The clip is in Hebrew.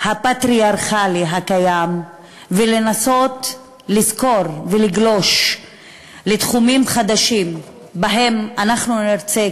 הפטריארכלי הקיים ולנסות ולגלוש לתחומים חדשים שבהם אנחנו נרצה,